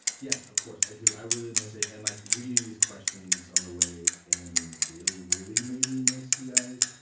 yes, of course i do. i really miss it. and like reading these questions on the way in. really, really made me miss you guys.